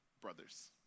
brothers